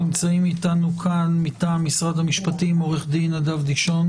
כפי שעשיתי בדיון